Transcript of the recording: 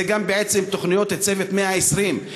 זה גם בעצם תוכניות צוות 120,